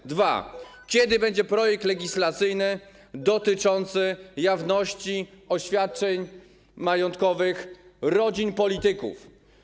Po drugie: Kiedy będzie projekt legislacyjny dotyczący jawności oświadczeń majątkowych rodzin polityków?